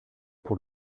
pour